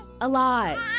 alive